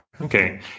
Okay